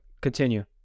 Continue